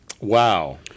Wow